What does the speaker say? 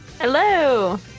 Hello